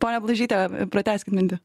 pone blažyte pratęskit mintį